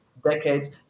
decades